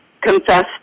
confessed